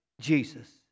Jesus